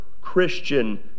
Christian